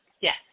Yes